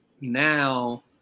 Now